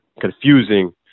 confusing